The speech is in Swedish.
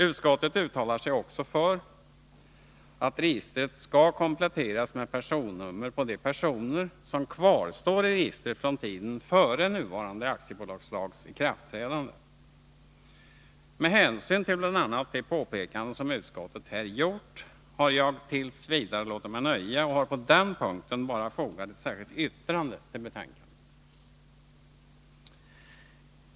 Utskottet uttalar sig också för att registret skall kompletteras med personnummer på de personer som kvarstår i registret från tiden före nuvarande aktiebolagslags ikraftträdande. Med hänsyn till bl.a. de påpekanden som utskottet här har gjort har jag t. v. låtit mig nöja och har på den punkten bara fogat ett särskilt yttrande till betänkandet.